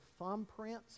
thumbprints